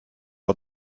vor